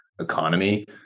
economy